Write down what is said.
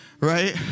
right